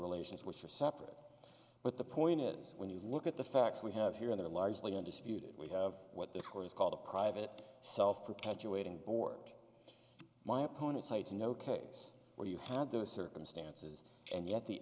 relations which are separate but the point is when you look at the facts we have here in the largely undisputed we have what the court has called a private self perpetuating board my opponent cites no case where you had those circumstances and yet the